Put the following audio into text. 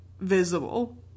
visible